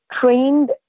trained